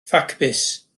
ffacbys